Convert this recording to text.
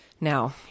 now